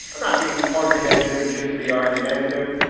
i'm not being argumentative just to be argumentative.